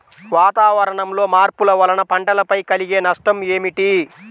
వాతావరణంలో మార్పుల వలన పంటలపై కలిగే నష్టం ఏమిటీ?